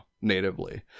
natively